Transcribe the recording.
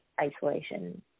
isolation